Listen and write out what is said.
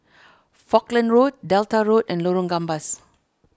Falkland Road Delta Road and Lorong Gambas